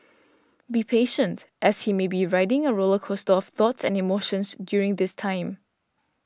be patient as he may be riding a roller coaster of thoughts and emotions during this time